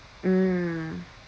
mm